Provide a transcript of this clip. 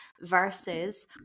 versus